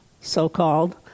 so-called